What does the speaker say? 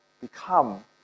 become